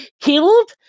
killed